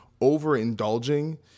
overindulging